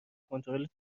کنترل